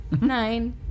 Nine